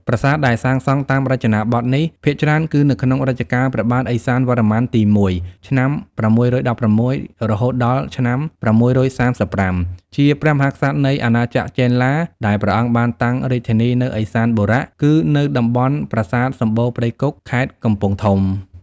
ប្រាសាទដែលសាងសង់តាមររចនាបថនេះ ភាគច្រើនគឺនៅក្នុងរជ្ជកាលព្រះបាទឦសានវរ្ម័នទី១ ឆ្នាំ៦១៦ រហូតដល់ ឆ្នាំ៦៣៥ ជាព្រះមហាក្សត្រនៃអាណាចក្រចេនឡា ដែលព្រះអង្គបានតាំងរាជធានីនៅឦសានបុរៈ គឺនៅតំបន់ប្រាសាទសំបូរព្រៃគុក ខេត្តកំពង់ធំ ។